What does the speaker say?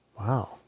Wow